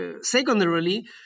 secondarily